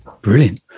brilliant